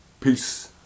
Peace